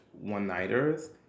one-nighters